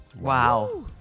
wow